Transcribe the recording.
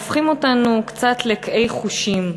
הופכים אותנו קצת לקהי חושים.